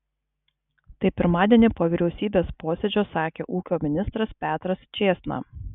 tai pirmadienį po vyriausybės posėdžio sakė ūkio ministras petras čėsna